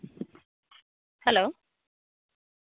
hello